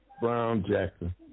Brown-Jackson